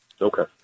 okay